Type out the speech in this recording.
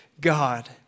God